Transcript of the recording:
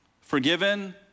forgiven